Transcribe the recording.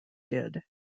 did